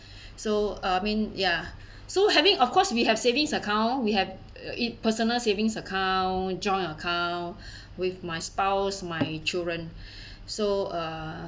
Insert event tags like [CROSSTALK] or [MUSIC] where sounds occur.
[BREATH] so I mean ya so having of course we have savings account we have it personal savings account joint account [BREATH] with my spouse my children [BREATH] so uh